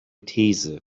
these